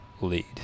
lead